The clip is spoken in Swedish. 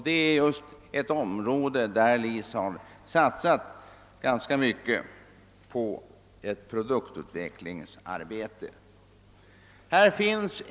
Detta är just ett område där LIC satsat ganska mycket på produktutveckling.